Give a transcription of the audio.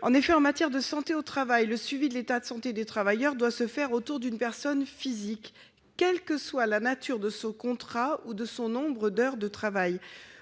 par les services de santé au travail. Le suivi de l'état de santé des travailleurs doit se faire autour d'une personne physique, quels que soient la nature du contrat et le nombre d'heures de travail.